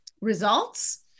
results